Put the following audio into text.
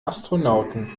astronauten